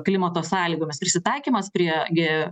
klimato sąlygomis prisitaikymas prie gi